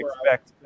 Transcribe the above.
expect